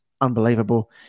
unbelievable